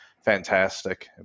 fantastic